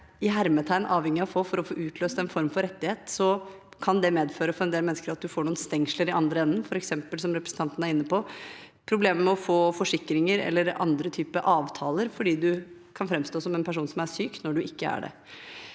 «avhengig av» å få for å få utløst en form for rettighet, kan det for en del mennesker medføre at du får noen stengsler i den andre enden, f.eks., som representanten er inne på, problemer med å få forsikringer eller andre typer avtaler, fordi du kan framstå som en person som er syk, når du ikke er det.